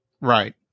right